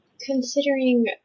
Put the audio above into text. Considering